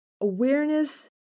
Awareness